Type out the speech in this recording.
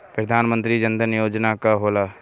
प्रधानमंत्री जन धन योजना का होला?